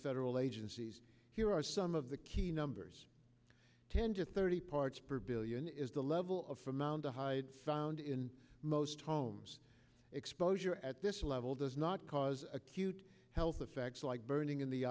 federal agencies here are some of the key numbers tend to thirty parts per billion is the level of from around the high found in most homes exposure at this level does not cause acute health effects like burning in the